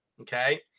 okay